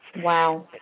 Wow